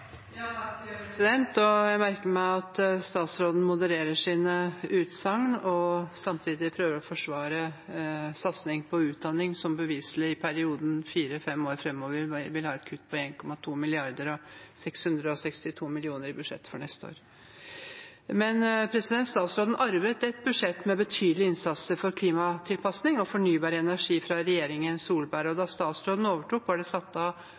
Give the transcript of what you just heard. Jeg merker meg at statsråden modererer sine utsagn og samtidig prøver å forsvare satsing på utdanning, som beviselig i perioden fire–fem år fremover vil ha et kutt på 1,2 mrd. kr og 662 mill. kr i budsjett for neste år. Statsråden arvet et budsjett med en betydelig innsats for klimatilpasning og fornybar energi fra regjeringen Solberg. Da statsråden overtok, var det satt av